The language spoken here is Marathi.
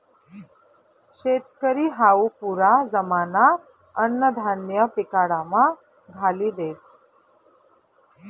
शेतकरी हावू पुरा जमाना अन्नधान्य पिकाडामा घाली देस